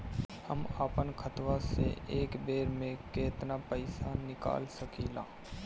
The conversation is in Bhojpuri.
हम आपन खतवा से एक बेर मे केतना पईसा निकाल सकिला?